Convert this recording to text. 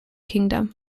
kingdom